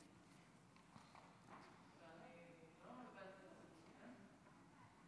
אני לא מאבדת את הזכות, כן?